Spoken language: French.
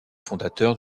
fondateurs